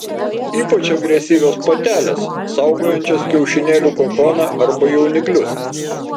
ypač agresyvios patelės saugojančios kiaušinėlių kokoną arba jauniklius